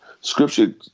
Scripture